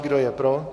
Kdo je pro?